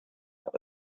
that